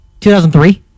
2003